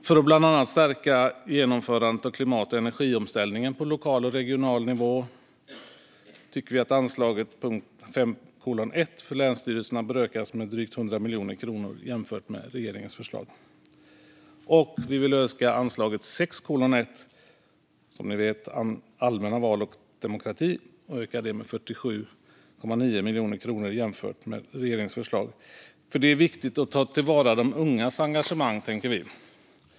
För att bland annat stärka genomförandet av klimat och energiomställningen på lokal och regional nivå tycker vi att anslaget 5:1 för länsstyrelserna bör ökas med drygt l00 miljoner kronor jämfört med regeringens förslag. Vi vill även öka anslaget 6:1, som ni vet gäller allmänna val och demokrati, med 47,9 miljoner kronor jämfört med regeringens förslag. Vi tänker att det är viktigt att ta till vara de ungas engagemang.